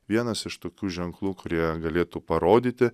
vienas iš tokių ženklų kurie galėtų parodyti